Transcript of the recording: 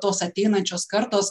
tos ateinančios kartos